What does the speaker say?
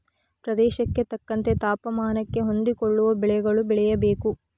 ಪ್ರದೇಶಕ್ಕೆ ತಕ್ಕಂತೆ ತಾಪಮಾನಕ್ಕೆ ಹೊಂದಿಕೊಳ್ಳುವ ಬೆಳೆಗಳು ಬೆಳೆಯಬೇಕು